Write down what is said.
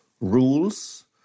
rules